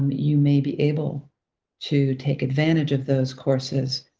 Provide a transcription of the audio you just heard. you may be able to take advantage of those courses.